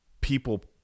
people